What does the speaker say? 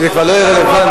שזה כבר לא יהיה רלוונטי.